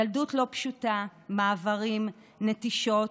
ילדות לא פשוטה, מעברים, נטישות,